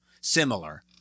Similar